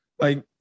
like-